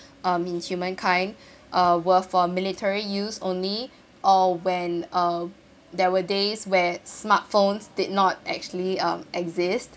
um in humankind uh were for military used only or when uh there were days where smartphones did not actually uh exist